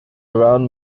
around